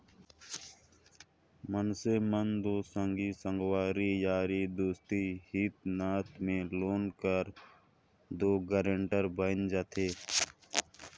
मइनसे मन दो संगी संगवारी यारी दोस्ती हित नात में लोन कर दो गारंटर बइन जाथे